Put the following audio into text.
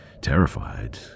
terrified